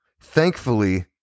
Thankfully